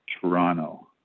toronto